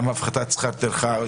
גם הפחתת שכר טרחה.